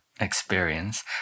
experience